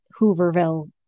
Hooverville